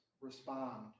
respond